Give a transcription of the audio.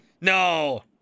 No